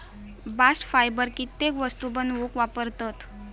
bast fibre कित्येक वस्तू बनवूक वापरतत